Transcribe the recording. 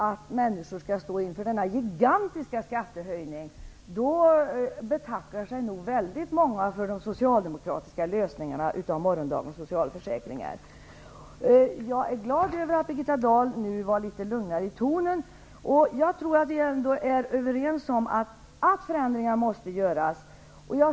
Om människor skall stå inför denna gigantiska skattehöjning, betackar sig nog väldigt många för de socialdemokratiska lösningarna beträffande morgondagens socialförsäkringar. Jag är glad över Birgitta Dahls litet lugnare ton nu. Jag tror att vi ändå är överens om att förändringar måste göras.